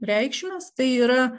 reikšmes tai yra